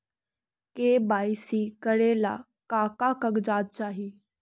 KYC करे ला का का कागजात चाही?